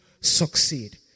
succeed